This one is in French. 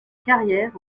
carrière